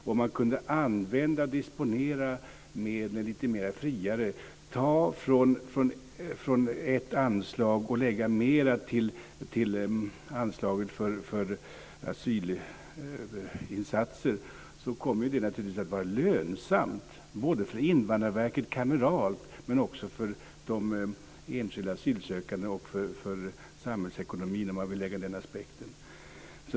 Om man skulle kunna använda och disponera medlen lite friare, ta från ett anslag och lägga mera till anslaget för asylinsatser, skulle det naturligtvis vara lönsamt för Invandrarverket kameralt. Men det skulle också vara lönsamt för de enskilda asylsökande och för samhällsekonomin, om man vill lägga till den aspekten.